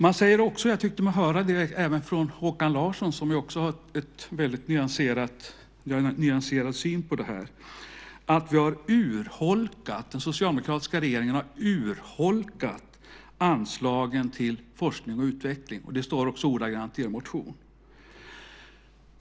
Man säger också - jag tyckte mig höra det även från Håkan Larsson, som ju också har en väldigt nyanserad syn på det här - att den socialdemokratiska regeringen har urholkat anslagen till forskning och utveckling. Det står också så i er motion.